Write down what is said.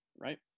right